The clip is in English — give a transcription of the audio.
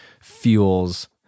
fuels